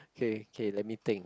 okay okay let me think